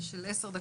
שלום לכל